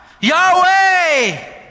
yahweh